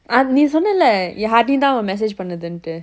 நீ சொன்னேல்ல ஹரிணி தான்:nee sonnelle harini thaan message பண்ணுதுண்ட்டு:pannuthuntu